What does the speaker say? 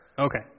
okay